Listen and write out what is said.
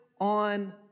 on